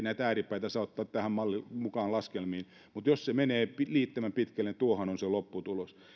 näitä ääripäitä saa ottaa mukaan näihin laskelmiin mutta jos se menee riittävän pitkälle niin tuohan on se lopputulos